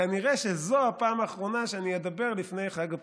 כנראה שזו הפעם האחרונה שבה אדבר לפני חג הפסח.